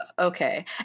Okay